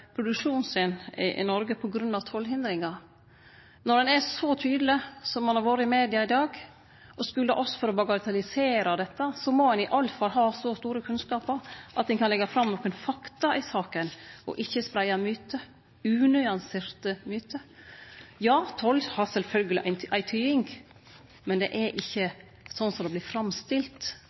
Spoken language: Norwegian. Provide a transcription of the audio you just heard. produksjonen sin i Noreg på grunn av tollhindringar? Når han er så tydeleg som han har vore i media i dag, og skuldar oss for å bagatellisere dette, må ein i alle fall ha så store kunnskapar at ein kan leggje fram nokre fakta i saka og ikkje spreia mytar – unyanserte mytar. Ja, toll har sjølvsagt ei tyding, men det er ikkje slik som det vert framstilt